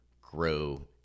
grow